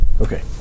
Okay